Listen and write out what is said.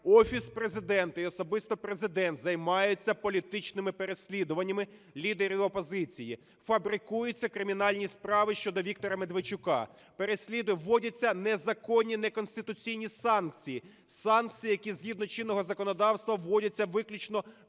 Офіс Президента і особисто Президент займається політичними переслідуваннями лідерів опозиції, фабрикуються кримінальні справи щодо Віктора Медведчука, вводяться незаконні, неконституційні санкції, санкції, які згідно чинного законодавства вводяться виключно проти